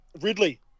Ridley